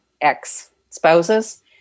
ex-spouses